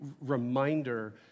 reminder